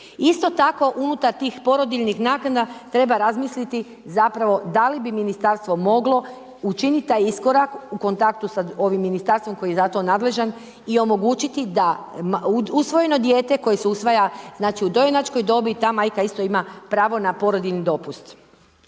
Isto tako unutar tih porodiljnih naknada treba razmisliti zapravo da li bi Ministarstvo moglo učiniti taj iskorak u kontaktu sa ovim Ministarstvom koji je za to nadležan i omogućiti da usvojeno dijete, koje se usvaja znači u dojenačkoj dobi, ta majka isto ima pravo na porodiljni dopust.